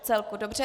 O celku, dobře.